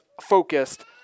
focused